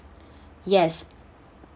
yes